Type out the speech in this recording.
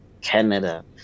Canada